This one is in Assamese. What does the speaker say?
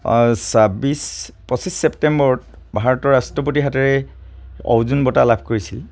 ছাব্বিছ পঁচিছ ছেপ্টেম্বৰত ভাৰতৰ ৰাষ্ট্ৰপতিৰ হাতেৰে অৰ্জুন বঁটা লাভ কৰিছিল